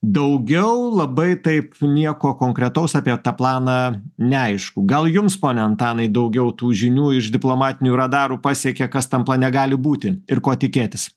daugiau labai taip nieko konkretaus apie tą planą neaišku gal jums pone antanai daugiau tų žinių iš diplomatinių radarų pasiekė kas tam plane gali būti ir ko tikėtis